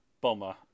bomber